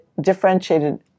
differentiated